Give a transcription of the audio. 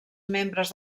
membres